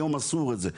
היום אסור את זה,